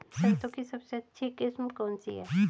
सरसों की सबसे अच्छी किस्म कौन सी है?